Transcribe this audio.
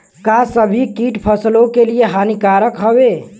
का सभी कीट फसलों के लिए हानिकारक हवें?